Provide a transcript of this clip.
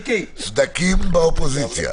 סדקים באופוזיציה.